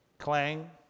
clang